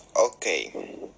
okay